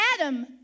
Adam